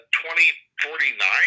2049